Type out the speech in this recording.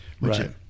right